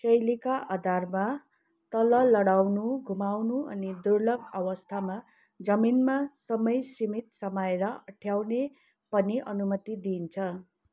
शैलीका आधारमा तल लडाउनु घुमाउनु अनि दुर्लभ अवस्थामा जमिनमा समय सीमित समाएर अँठ्याउने पनि अनुमति दिइन्छ